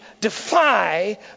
defy